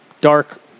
dark